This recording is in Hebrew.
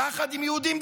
יחד עם יהודים,